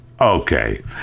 Okay